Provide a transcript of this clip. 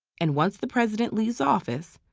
and once the president leaves office,